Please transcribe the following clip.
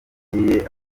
yagiye